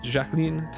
Jacqueline